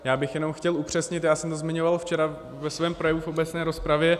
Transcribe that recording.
Já bych jenom chtěl upřesnit, já jsem to zmiňoval včera ve svém projevu v obecné rozpravě.